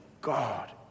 God